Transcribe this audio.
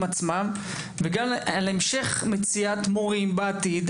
עצמם וגם על המשך מציאת מורים בעתיד.